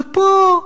ופה,